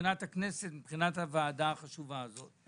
מבחינת הכנסת ומבחינת הוועדה החשובה הזו,